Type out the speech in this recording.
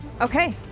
Okay